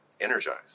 energized